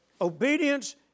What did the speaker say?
obedience